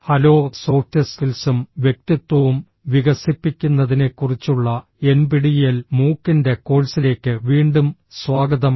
hello soft സ്കിൽസും വ്യക്തിത്വവും വികസിപ്പിക്കുന്നതിനെക്കുറിച്ചുള്ള എൻപിടിഇഎൽ മൂക്കിന്റെ കോഴ്സിലേക്ക് വീണ്ടും സ്വാഗതം